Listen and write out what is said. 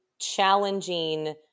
challenging